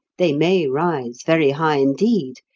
they may rise very high indeed,